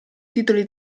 titoli